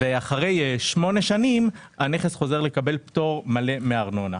אחרי שמונה שנים הנכס חוזר לקבל פטור מלא מארנונה.